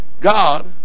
God